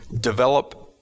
develop